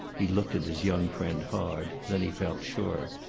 he looked at his young friend hard then he felt sure.